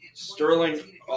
Sterling